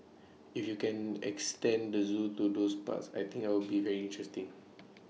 if you can extend the Zoo to those parts I think I'll be very interesting